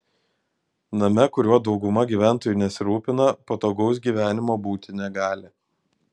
name kuriuo dauguma gyventojų nesirūpina patogaus gyvenimo būti negali